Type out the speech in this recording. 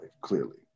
clearly